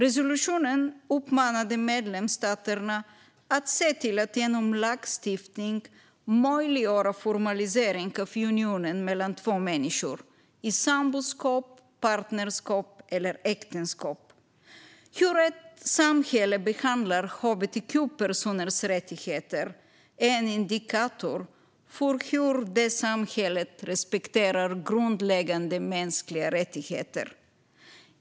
Resolutionen uppmanade medlemsstaterna att se till att genom lagstiftning möjliggöra formalisering av unionen mellan två människor i samboskap, partnerskap eller äktenskap. Hur ett samhälle behandlar hbtq-personers rättigheter är en indikator på hur det samhället respekterar grundläggande mänskliga rättigheter.